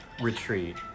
retreat